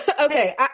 Okay